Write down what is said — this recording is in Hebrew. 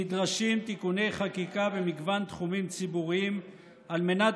נדרשים תיקוני חקיקה במגוון תחומים ציבוריים על מנת